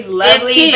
lovely